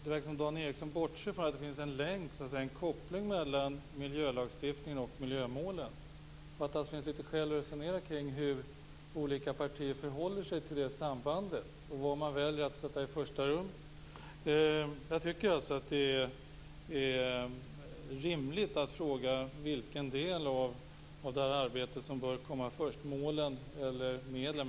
Dan Ericsson verkar bortse från att det finns en länk, en koppling, mellan miljölagstiftningen och miljömålen. Det finns således skäl att resonera kring hur olika partier förhåller sig till det sambandet och vad man väljer att sätta i första rummet. Jag tycker alltså att det är rimligt att fråga vilken del av det här arbetet som bör komma först, målen eller medlen.